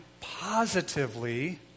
positively